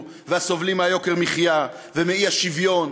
והסובלים מיוקר המחיה ומהאי-שוויון.